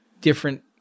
different